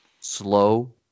slow